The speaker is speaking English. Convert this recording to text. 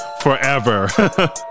forever